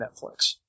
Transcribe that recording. Netflix